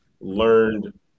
learned